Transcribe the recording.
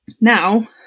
Now